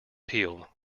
peeled